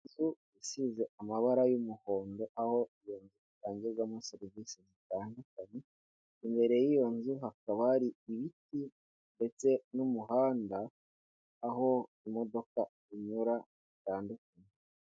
Inzu isize amabara y'umuhondo aho iyo nzu itangirwamo serivisi zitandukanye, imbere y'iyo nzu hakaba hari ibiti, ndetse n'umuhanda aho imodoka inyura hatandukanye.